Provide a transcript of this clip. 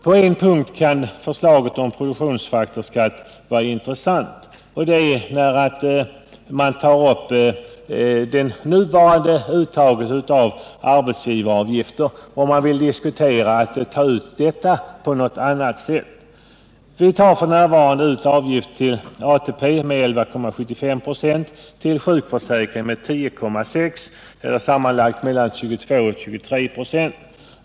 På ett sätt kan förslaget om produktionsfaktorsskatt vara intressant, nämligen om man vill diskutera ett annat sätt för att ta ut de nuvarande arbetsgivaravgifterna. F.n. tas det ut avgift till ATP med 11,75 96 och till sjukförsäkringen med 10,6 96, sammanlagt 22-23 96.